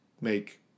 make